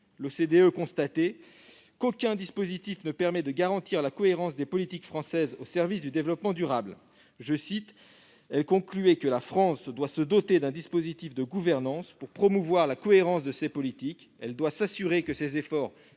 L'OCDE constatait qu'aucun dispositif ne permet de garantir la cohérence des politiques françaises au service du développement durable. Elle en concluait que « La France doit se doter d'un dispositif de gouvernance pour promouvoir la cohérence de ces politiques. Elle doit s'assurer que ses efforts